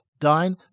dine